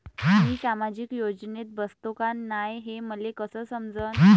मी सामाजिक योजनेत बसतो का नाय, हे मले कस समजन?